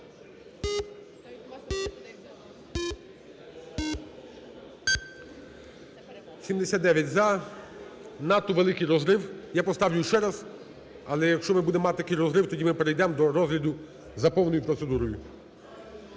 За-79 Надто великий розрив. Я поставлю ще раз, але, якщо ми будемо мати такий розрив, тоді ми перейдемо до розгляду за повною процедурою.